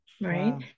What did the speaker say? right